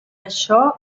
això